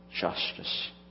Justice